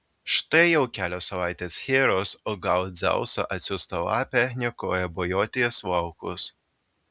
štai jau kelios savaitės heros o gal dzeuso atsiųsta lapė niokoja bojotijos laukus